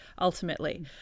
ultimately